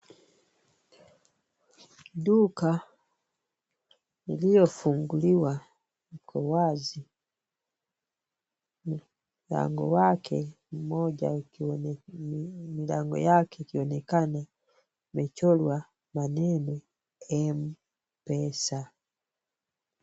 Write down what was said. Duka iliyofunguliwa iko wazi mlango wake ni moja milango yake ikionekana imechorwa maneno mpesa.